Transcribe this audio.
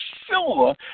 sure